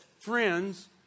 friends